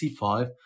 c5